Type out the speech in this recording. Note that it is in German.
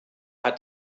hat